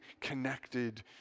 connected